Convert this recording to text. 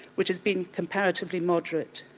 which has been comparatively moderate.